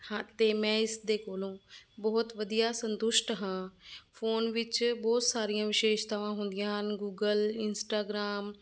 ਹੈ ਅਤੇ ਮੈਂ ਇਸ ਦੇ ਕੋਲੋਂ ਬਹੁਤ ਵਧੀਆ ਸੰਤੁਸ਼ਟ ਹਾਂ ਫੋਨ ਵਿੱਚ ਬਹੁਤ ਸਾਰੀਆਂ ਵਿਸ਼ੇਸ਼ਤਾਵਾਂ ਹੁੰਦੀਆਂ ਹਨ ਗੂਗਲ ਇੰਸਟਾਗ੍ਰਾਮ